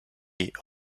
est